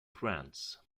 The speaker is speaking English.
france